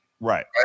Right